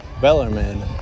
Bellarmine